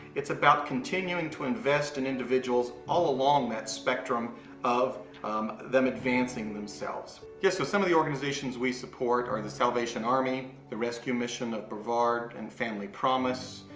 it's about continuing to invest in individuals all along that spectrum of them advancing themselves. yes, so some of the organization's we support are the salvation army, the rescue mission of brevard and family promise,